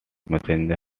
messenger